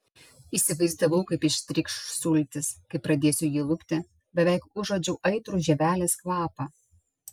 įsivaizdavau kaip ištrykš sultys kai pradėsiu jį lupti beveik užuodžiau aitrų žievelės kvapą